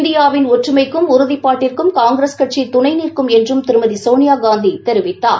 இந்தியாவின் ஒற்றுமைக்கும் உறுதிப்பாட்டிற்கும் காங்கிரஸ் கட்சி துணை நிற்கும் என்றும் திருமதி சோனியாகாந்தி தெரிவித்தார்